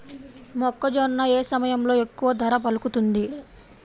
మొక్కజొన్న ఏ సమయంలో ఎక్కువ ధర పలుకుతుంది?